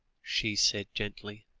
she said gently,